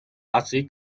así